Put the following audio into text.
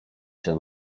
się